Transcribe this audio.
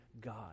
God